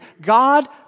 God